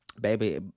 baby